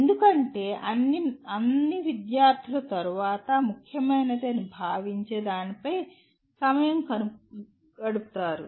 ఎందుకంటే అన్ని విద్యార్థుల తరువాత ముఖ్యమైనది అని భావించే దానిపై సమయం గడుపుతారు